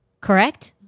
Correct